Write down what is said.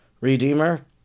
redeemer